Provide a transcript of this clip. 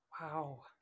Wow